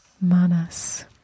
Manas